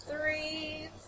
Three